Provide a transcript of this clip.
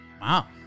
Wow